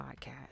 podcast